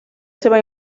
seva